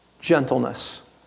gentleness